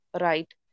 right